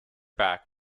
back